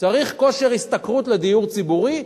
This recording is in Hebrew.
צריך כושר השתכרות לדיור ציבורי,